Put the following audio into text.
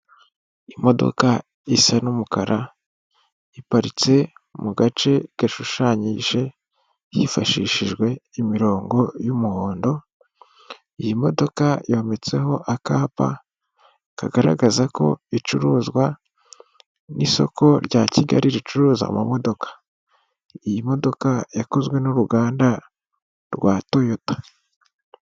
Imodoka isa n'umukara iparitse mu gace gashushanyije hifashishijwe imirongo y'umuhondo. Iyi modoka yometseho akapa kagaragaza ko icuruzwa n'isoko rya Kigali ricuruza amamodoka. Iyi modoka yakozwe n'uruganda rwa Toyota.